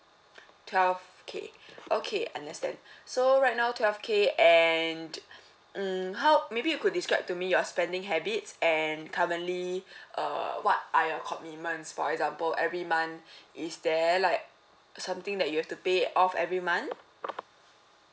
twelve K okay understand so right now twelve K and mm how maybe you could describe to me your spending habits and currently err what are your compliments for example every month is there like something that you have to pay off every month